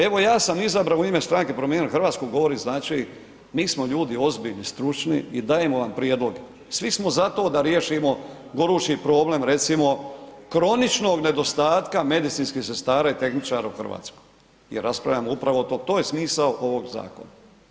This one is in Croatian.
Evo ja sam izabrao u ime Stranke promijenimo Hrvatsku, govor i znači mi smo ljudi ozbiljni, stručni i dajemo vam prijedlog, svi smo za to da riješimo gorući problem recimo kroničnog nedostatka medicinskih sestara i tehničara u RH jer raspravljamo upravo o tome, to je smisao ovog zakona.